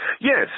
Yes